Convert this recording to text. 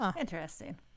Interesting